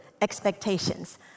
expectations